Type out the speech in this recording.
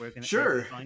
Sure